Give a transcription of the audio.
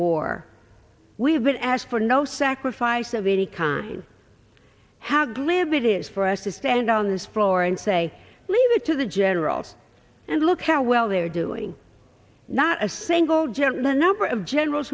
war we've been asked for no sacrifice of any kind how glib it is for us to stand on this floor and say leave it to the generals and look how well they are doing not a single gentler number of generals